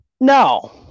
No